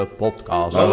podcast